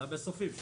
זה המסופים.